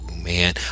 man